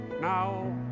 now